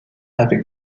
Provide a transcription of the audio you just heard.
avec